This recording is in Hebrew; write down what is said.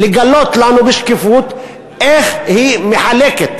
לגלות לנו בשקיפות איך היא מחלקת